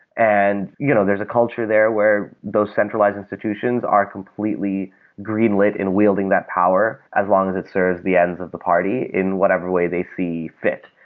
and you know there's a culture there where those centralized institutions are completely green-lit in wielding that power as long as it's serves the ends of the party in whatever way they see fit.